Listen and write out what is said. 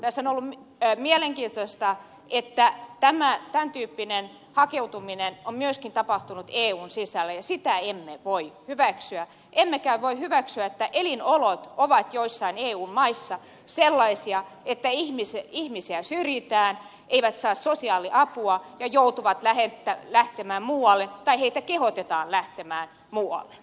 tässä on ollut mielenkiintoista että tämäntyyppinen hakeutuminen on myöskin tapahtunut eun sisällä ja sitä emme voi hyväksyä emmekä voi hyväksyä että elinolot ovat joissain eun maissa sellaisia että ihmisiä syrjitään he eivät saa sosiaaliapua ja joutuvat lähtemään muualle tai heitä kehotetaan lähtemään muualle